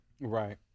Right